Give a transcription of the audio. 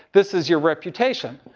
this is your reputation,